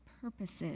purposes